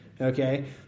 okay